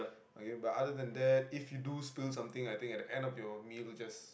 okay but other than that if you do something I think at the end of your meal just